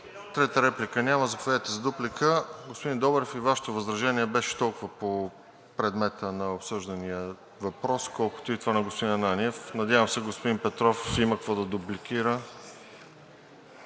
Трета реплика няма. Заповядайте за дуплика. Господин Добрев, и Вашето възражение беше толкова по предмета на обсъждания въпрос, колкото и това на господин Ананиев. Надявам се господин Петров ще има какво да дупликира.